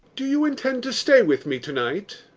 do you intend to stay with me to-night?